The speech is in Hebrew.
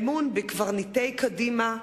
אמון בקברניטי קדימה.